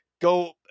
Go